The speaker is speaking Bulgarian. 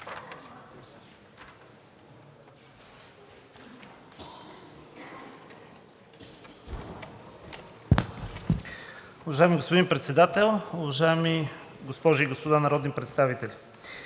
Уважаеми господин Председател, уважаеми госпожи и господа народни представители!